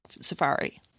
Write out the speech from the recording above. Safari